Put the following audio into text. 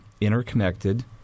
interconnected